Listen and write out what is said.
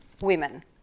Women